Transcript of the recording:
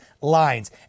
lines